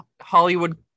Hollywood